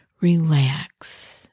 relax